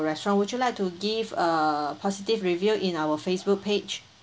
restaurant would you like to give a positive review in our facebook page